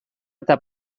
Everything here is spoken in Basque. eta